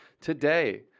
today